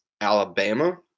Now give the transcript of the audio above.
Alabama